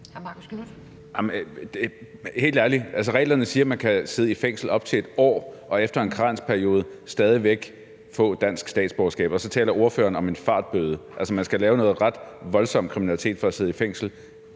helt ærligt, altså reglerne siger, at man kan sidde i fængsel i op til 1 år og efter en karensperiode stadig væk få dansk statsborgerskab, og så taler ordføreren om en fartbøde. Man skal lave noget ret voldsom kriminalitet for at sidde i fængsel